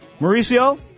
Mauricio